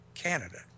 Canada